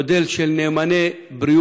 זה מודל של נאמני בריאות.